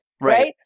right